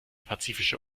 pazifische